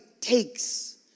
takes